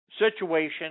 situation